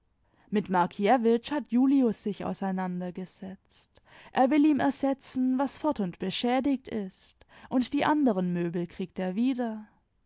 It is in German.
mit markiewicz hat julius sich auseinandergesetzt er will ihm ersetzen was fort und beschädigt ist und die anderen möbel kriegt er wieder